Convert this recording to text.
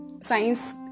science